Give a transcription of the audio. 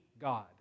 God